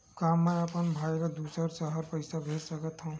का मैं अपन भाई ल दुसर शहर पईसा भेज सकथव?